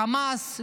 חמאס,